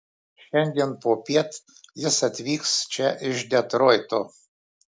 šiandien popiet jis atvyks čia iš detroito